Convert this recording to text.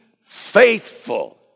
faithful